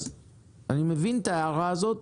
אז אני מבין את ההערה הזאת